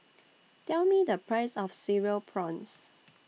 Tell Me The Price of Cereal Prawns